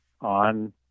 on